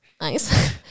Nice